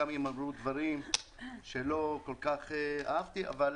גם אם אמרו דברים שלא כל כך אהבתי אבל